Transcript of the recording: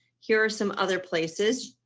here are some other places.